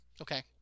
Okay